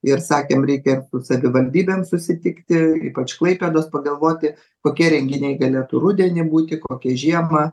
ir sakėm reikia savivaldybėm susitikti ypač klaipėdos pagalvoti kokie renginiai galėtų rudenį būti kokie žiemą